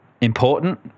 important